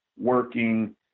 working